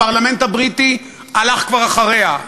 הפרלמנט הבריטי כבר הלך אחריה,